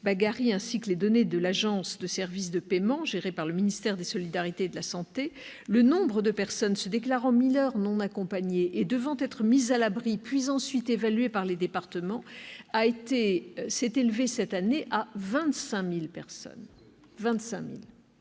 Bagarry, ainsi que les données de l'Agence de services et de paiement gérée par le ministère des solidarités et de la santé, le nombre de personnes se déclarant mineurs non accompagnés et devant être mis à l'abri, puis évalués par les départements a atteint, cette année, 25 000. Les